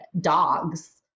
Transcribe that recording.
dogs